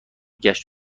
گشت